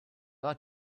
ought